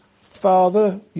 father